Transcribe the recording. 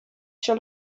sur